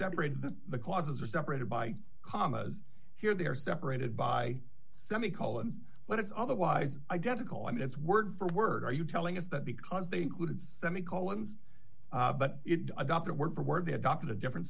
separate the clauses are separated by commas here they're separated by semi colons but it's otherwise identical i mean it's word for word are you telling us that because they included semi colons but it adopted word for word they adopted a different